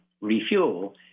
refuel